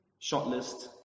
shortlist